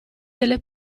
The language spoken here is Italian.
delle